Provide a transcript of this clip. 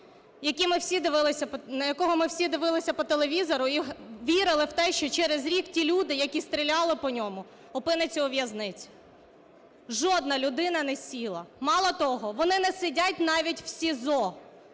на якого ми всі дивилися по телевізору і вірили в те, що через рік ті люди, які стріляли по ньому, опиняться у в'язниці. Жодна людина не сіла! Мало того, вони не сидять навіть в СІЗО.